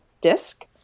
disc